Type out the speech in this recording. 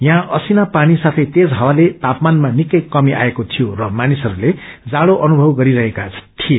यहाँ असिना पानी साथै तेज झवाले तापमानमा निकै कमी आएको थियो र मानिसहस्ले जाझो अनुभव गरि रहेका थिए